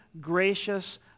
gracious